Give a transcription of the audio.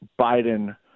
Biden